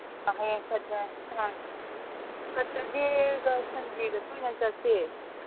ꯑꯥ ꯍꯌꯦꯡ ꯑꯥ ꯆꯠꯄꯗꯤ ꯁꯟꯗꯦꯗ ꯑꯣꯏꯅ ꯆꯠꯁꯦ